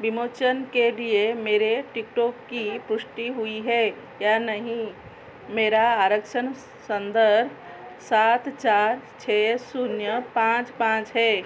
विमोचन के लिए मेरे टिकटों की पुष्टि हुई है या नहीं मेरा आरक्षण सन्दर्भ सात चार छः शून्य पाँच पाँच है